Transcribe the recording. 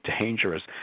dangerous